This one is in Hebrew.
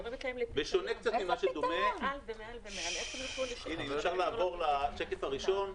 אם אפשר לעבור לשקף הראשון.